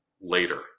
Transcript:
later